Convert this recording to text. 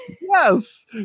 Yes